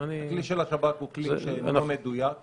הכלי של השב"כ הוא כלי שאינו מדויק לחלוטין.